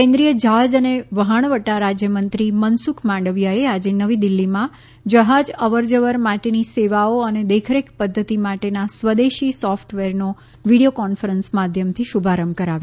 કેન્દ્રિય જહાજ અને વહાણવટા રાજયમંત્રી મનસુખ માંડવિયાએ આજે નવી દિલ્હીમાં જહાજ અવરજવર માટેની સેવાઓ અને દેખરેખ પદ્ધતિ માટેના સ્વદેશી સોફટવેરનો વિડિયો કોન્ફરન્સ માધ્યમથી શુભારંભ કરાવ્યો